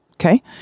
Okay